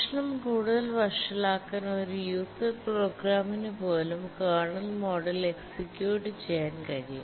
പ്രശ്നം കൂടുതൽ വഷളാക്കാൻ ഒരു യൂസർ പ്രോഗ്രാമിന് പോലും കേർണൽ മോഡിൽ എക്സിക്യൂ ചെയ്യാൻ കഴിയും